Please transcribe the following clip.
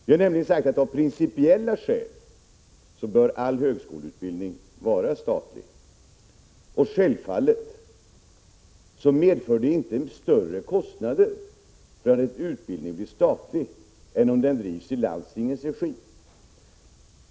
Vi har sagt att all högskoleutbildning av principiella skäl bör vara statlig. Självfallet medför det inte större kostnader när en utbildning blir statlig än när den drivs i landstingens regi.